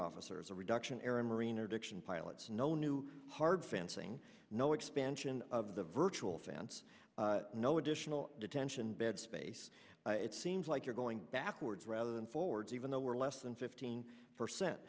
officers a reduction aaron marine addiction pilots no new hard fans saying no expansion of the virtual fence no additional detention bed space it seems like you're going backwards rather than forwards even though we're less than fifteen percent